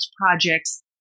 projects